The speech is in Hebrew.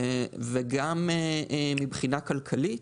וגם מבחינה כלכלית